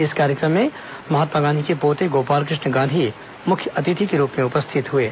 इस कार्यक्रम में महात्मा गांधी के पोते गोपालकृष्ण गांधी मुख्य अतिथि के रूप में उपस्थित थे